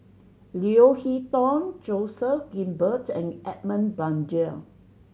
Leo Hee Tong Joseph Grimberg and Edmund Blundell